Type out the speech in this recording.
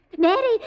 Mary